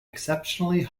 exceptionally